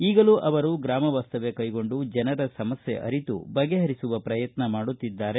ಈಗಲೂ ಅವರು ಗ್ರಾಮ ವಾಸ್ತವ್ಯ ಕೈಗೊಂಡು ಜನರ ಸಮಸ್ಕೆ ಅರಿತು ಬಗೆಹರಿಸುವ ಪ್ರಯತ್ನ ಮಾಡುತ್ತಿದ್ದಾರೆ